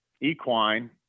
equine